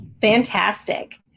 Fantastic